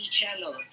Channel